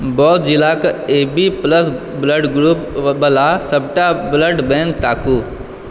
बौद्ध जिलाक A B plus blood ग्रुपवला सभटा ब्लड बैंक ताकू